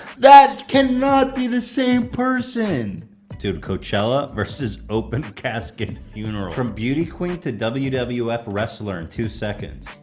that cannot be the same person dude coachella versus open-casket funeral from beauty queen to wwf wwf wrestler in two seconds.